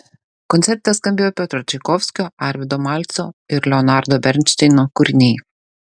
koncerte skambėjo piotro čaikovskio arvydo malcio ir leonardo bernšteino kūriniai